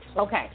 Okay